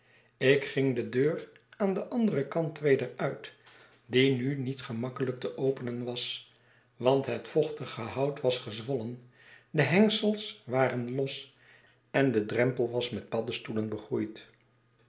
ik ging de dear aan den anderen kant weder uit die nu niet gemakkelijk te openen was want het vochtige hout was gezwollen de hengsels waren los en de drempel was met paddestoelen begroeid